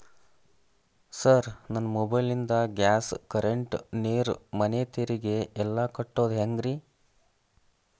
Sir ನನ್ನ mobile ನಿಂದ gas, current, ನೇರು, ಮನೆ ತೆರಿಗೆ ಎಲ್ಲಾ ಕಟ್ಟೋದು ಹೆಂಗ್ರಿ?